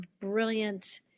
brilliant